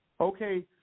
Okay